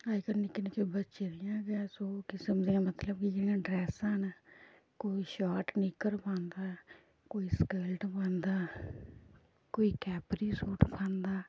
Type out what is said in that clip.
अज्जकल निक्के निक्के बच्चे गी इ'यां गै सौ किसम दियां मतलब कि जेह्ड़ियां ड्रैसां न कोई शार्ट निक्कर पांदा कोई स्कल्ट पांदा कोई कैपरी सूट पांदा